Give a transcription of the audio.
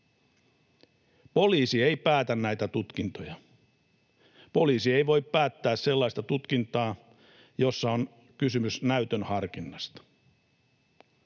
Poliisi ei päätä näitä tutkintoja. Poliisi ei voi päättää sellaista tutkintaa, jossa on kysymys näytön harkinnasta.